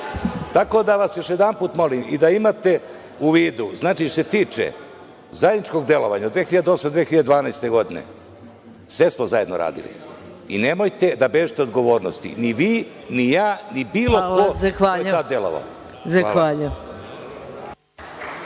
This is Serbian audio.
nisu. Tako da vas još jedanput molim i da imate u vidu, znači, što se tiče zajedničkog delovanja od 2008. i 2012. godine, sve smo zajedno radili i nemojte da bežite od odgovornosti, ni vi, ni ja, ni bilo ko ko je tada delovao. Hvala.